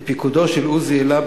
בפיקודו של עוזי עילם,